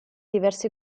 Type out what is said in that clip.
diversi